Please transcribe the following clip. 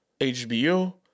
HBO